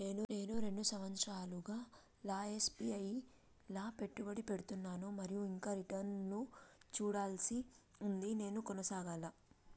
నేను రెండు సంవత్సరాలుగా ల ఎస్.ఐ.పి లా పెట్టుబడి పెడుతున్నాను మరియు ఇంకా రిటర్న్ లు చూడాల్సి ఉంది నేను కొనసాగాలా?